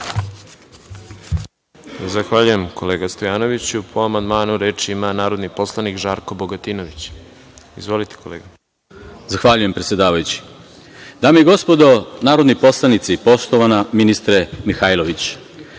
Zahvaljujem, kolega Stojanoviću. Po amandmanu, reč ima narodni poslanik Žarko Bogatinović. Izvolite, kolega. **Žarko Bogatinović** Zahvaljujem, predsedavajući. Dame i gospodo narodni poslanici, poštovana ministre Mihajlović,